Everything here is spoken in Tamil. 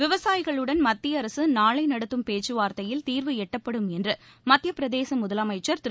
விவசாயிகளுடன் மத்திய அரசு நாளை நடத்தும் பேச்சுவார்த்தையில் தீர்வு எட்டப்படும் என்று மத்தியப்பிரதேச முதலமைச்சர் திரு